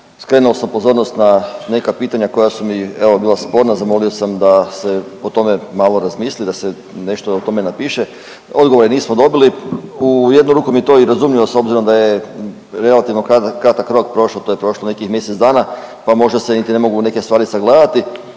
Skrenuo sam pozornost na neka pitanja koja su mi evo bila sporna. Zamolio sam da se o tome malo razmisli, da se nešto o tome napiše. Odgovore nismo dobili. U jednu ruku mi je to i razumljivo s obzirom da je relativno kratak rok prošao. To je prošlo nekih mjesec dana, pa možda se niti ne mogu neke stvari sagledati.